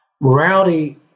Morality